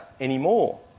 anymore